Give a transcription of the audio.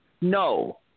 No